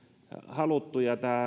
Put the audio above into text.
halunneet